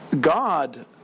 God